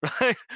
right